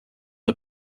are